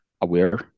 aware